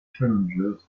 challenger